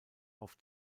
auf